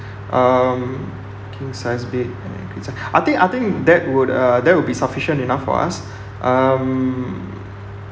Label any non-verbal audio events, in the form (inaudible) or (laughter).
um king size bed and queen size (breath) I think I think that would uh that would be sufficient enough for us (breath) um